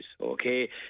okay